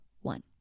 one